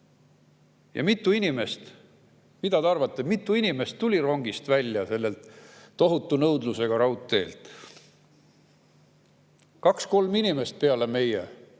Valka. Ja mida te arvate, mitu inimest tuli rongist välja sellel tohutu nõudlusega raudteel? Kaks kuni kolm inimest peale meie!